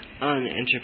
unenterprising